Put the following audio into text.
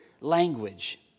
language